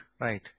right